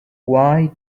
why